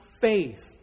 faith